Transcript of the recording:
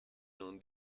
non